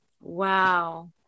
Wow